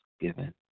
given